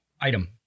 item